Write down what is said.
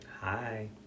hi